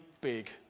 big